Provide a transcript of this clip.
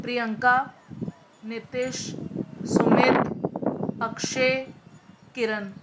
Priyanka Nitesh Sumit Akshay Kiran